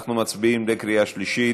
אנחנו מצביעים בקריאה שלישית.